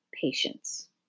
patience